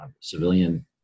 civilian